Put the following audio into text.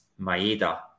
Maeda